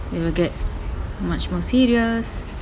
it will get much more serious